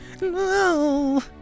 No